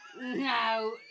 No